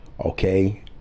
Okay